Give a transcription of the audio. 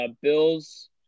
Bills